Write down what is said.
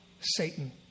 Satan